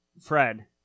Fred